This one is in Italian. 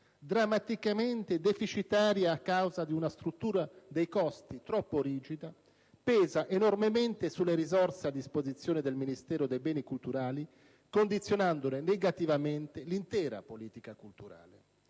drammaticamente deficitaria a causa di una struttura dei costi troppo rigida, pesa enormemente sulle risorse a disposizione del Ministero dei beni culturali condizionandone negativamente l'intera politica culturale.